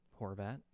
Horvat